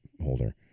holder